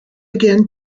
again